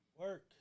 Work